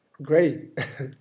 Great